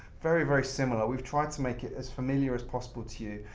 very, very similar. we've tried to make it as familiar as possible to you,